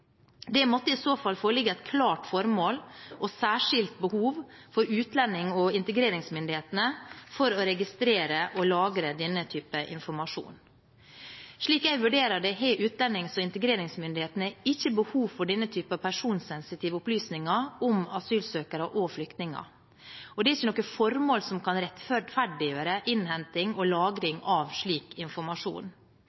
Det måtte i så fall foreligge et klart formål og et særskilt behov for utlendings- og integreringsmyndighetene for å registrere og lagre denne typen informasjon. Slik jeg vurderer det, har utlendings- og integreringsmyndighetene ikke behov for denne type personsensitive opplysninger om asylsøkere og flyktninger, og det er ikke noe formål som kan rettferdiggjøre innhenting og